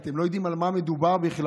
הם לא יודעים על מה מדובר בכלל.